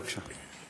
בבקשה.